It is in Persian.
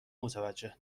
متوجه